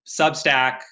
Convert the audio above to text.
Substack